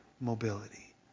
mobility